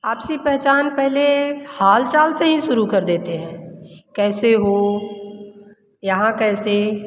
आपसी पहचान पहले हाल चाल से ही शुरू कर देते हैं कैसे हो यहाँ कैसे